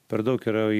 per daug yra